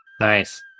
Nice